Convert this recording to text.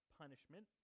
punishment